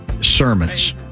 Sermons